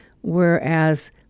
whereas